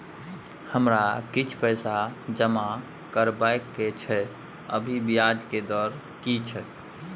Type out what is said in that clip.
हमरा किछ पैसा जमा करबा के छै, अभी ब्याज के दर की छै?